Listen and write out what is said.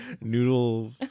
Noodle